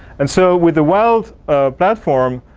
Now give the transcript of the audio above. and so, with the wild platform,